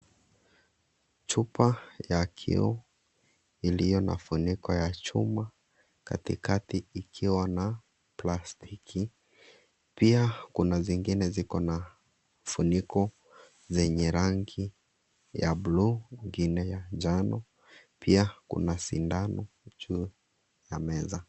Chupa na kioo iliyo na funiko ya chuma katikati ikiwa na plastiki. Pia kuna zingine ziko na funiko zenye rangi ya buluu, ingine ya njano. Pia kuna sindano juu ya meza.